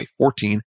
2014